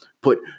Put